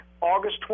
August